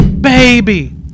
baby